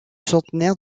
centenaire